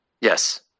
Yes